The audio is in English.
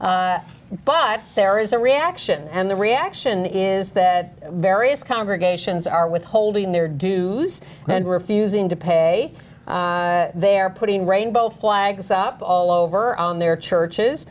but there is a reaction and the reaction is that various congregations are withholding their do and refusing to pay their putting rainbow flags up all over on their churches